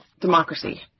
democracy